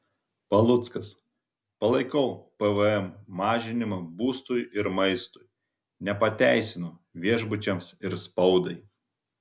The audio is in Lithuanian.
paluckas palaikau pvm mažinimą būstui ir maistui nepateisinu viešbučiams ir spaudai